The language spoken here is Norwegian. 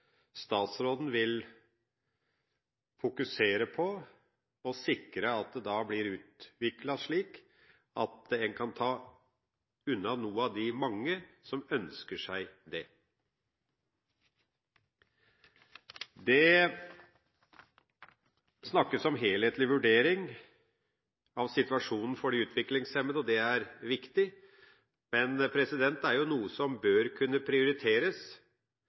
statsråden vil fokusere på, og sikre at den blir utviklet slik at en kan ta unna noen av de mange som ønsker seg arbeid. Det snakkes om en helhetlig vurdering av situasjonen for de utviklingshemmede – det er viktig. Det er noe som bør kunne prioriteres,